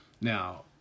Now